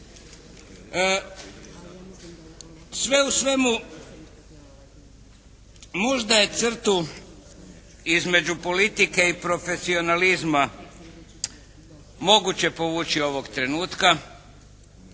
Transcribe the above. Sve u svemu možda je crtu između politike i profesionalizma moguće povući ovog trenutka.